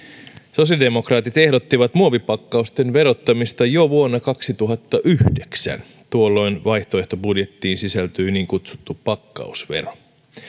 sosiaalidemokraatit ehdottivat muovipakkausten verottamista jo vuonna kaksituhattayhdeksän tuolloin vaihtoehtobudjettiin sisältyi niin kutsuttu pakkausvero